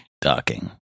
Docking